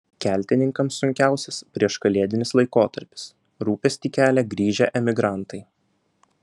keltininkams sunkiausias prieškalėdinis laikotarpis rūpestį kelia grįžę emigrantai